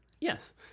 Yes